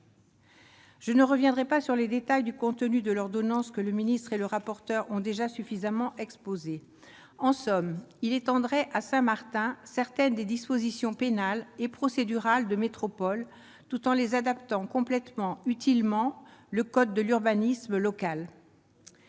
Je ne reviendrai pas sur les détails du contenu de l'ordonnance, que le ministre et le rapporteur ont déjà suffisamment exposés. En somme, le dispositif étendrait à Saint-Martin certaines des dispositions pénales et procédurales qui s'appliquent en métropole, tout en les adaptant, complétant utilement le code de l'urbanisme local.